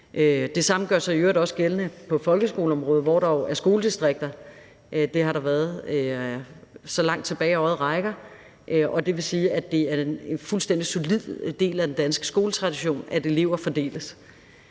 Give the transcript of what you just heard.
Det samme gør sig i øvrigt også gældende på folkeskoleområdet, hvor der jo er skoledistrikter. Det har der været så langt tilbage, øjet rækker, og det vil sige, at det er en fuldstændig solid del af den danske skoletradition, at elever fordeles.